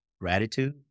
Gratitude